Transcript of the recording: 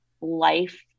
life